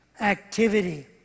activity